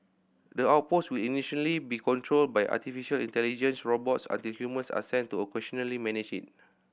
the outpost will initially be controlled by artificial intelligence robots until humans are sent to occasionally manage it